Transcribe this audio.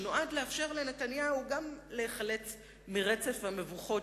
שנועד לאפשר לנתניהו להיחלץ מרצף המבוכות